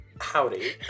Howdy